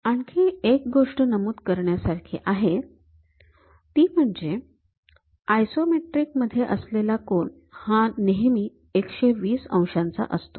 आणखी एक गोष्ट नमूद करण्यासारखी आहे ती म्हणजे आयसोमेट्रिक मध्ये असलेला कोन हा नेहमी १२० अंशाचा असतो